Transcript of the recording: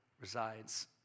resides